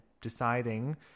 deciding